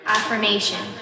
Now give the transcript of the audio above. Affirmation